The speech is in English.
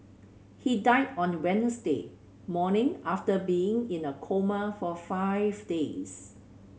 he died on Wednesday morning after being in a coma for five days